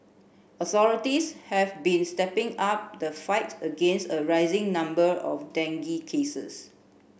authorities have been stepping up the fight against a rising number of dengue cases